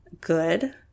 good